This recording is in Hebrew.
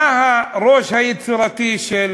מה הראש היצירתי של